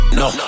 no